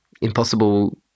impossible